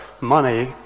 money